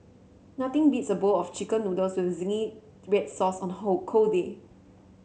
nothing beats a bowl of chicken noodles with zingy red sauce on hold cold day